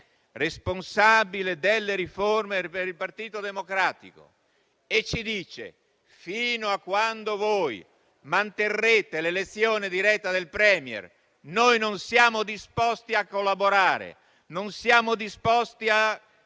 responsabile delle riforme per il Partito Democratico, e ci dice che, fino a quando noi manterremo l'elezione diretta del *Premier*, non saranno disposti a collaborare e a contribuire